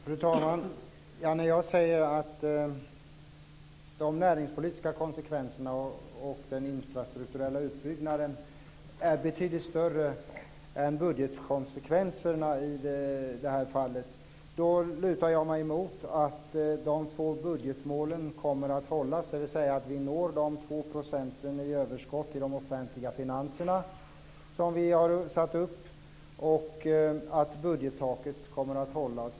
Fru talman! När jag säger att de näringspolitiska konsekvenserna och konsekvenserna för den infrastrukturella utbyggnaden är betydligt större än budgetkonsekvenserna i det här fallet, lutar jag mig emot att de två budgetmålen kommer att hållas. Vi kommer alltså att nå de 2 % i överskott i de offentliga finanserna som vi har satt upp och budgettaket kommer att hållas.